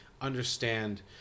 understand